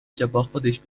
جاباخودش